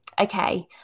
Okay